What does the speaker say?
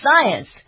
science